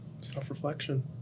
Self-reflection